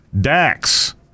Dax